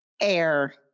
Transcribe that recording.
air